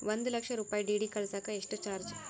ಒಂದು ಲಕ್ಷ ರೂಪಾಯಿ ಡಿ.ಡಿ ಕಳಸಾಕ ಎಷ್ಟು ಚಾರ್ಜ್?